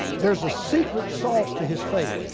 there's a secret source to his fate.